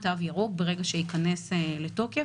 תו ירוק ברגע שייכנס לתוקף.